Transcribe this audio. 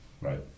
Right